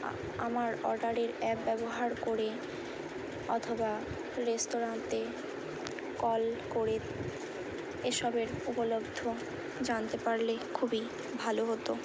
আ আমার অর্ডারের অ্যাপ ব্যবহার করে অথবা রেস্তোরাঁতে কল করে এসবের উপলব্ধ জানতে পারলে খুবই ভালো হতো